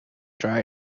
dry